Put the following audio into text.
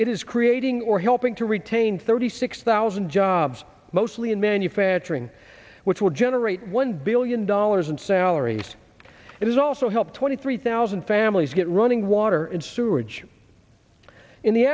is creating or helping to retain thirty six thousand jobs mostly in manufacturing which will generate one billion dollars in salaries it has also helped twenty three thousand families get running water and sewerage in the